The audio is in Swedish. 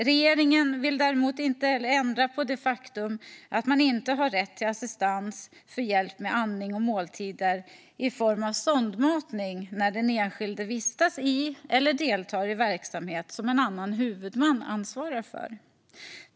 Regeringen vill däremot inte ändra på det faktum att man inte har rätt till assistans för hjälp med andning och måltider i form av sondmatning när den enskilde vistas i eller deltar i verksamhet som en annan huvudman ansvarar för.